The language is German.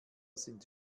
sind